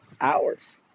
hours